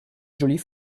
jolie